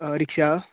रिक्षा